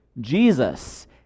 Jesus